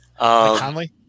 Conley